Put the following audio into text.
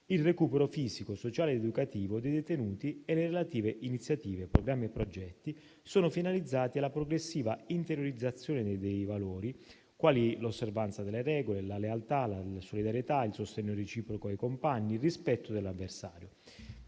il recupero fisico, sociale ed educativo dei detenuti. Le relative iniziative, programmi e progetti sono finalizzati alla progressiva interiorizzazione di valori quali l'osservanza delle regole, la lealtà, la solidarietà, il sostegno reciproco dei compagni, il rispetto dell'avversario.